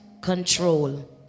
control